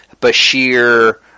bashir